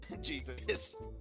Jesus